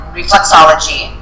reflexology